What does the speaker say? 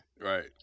Right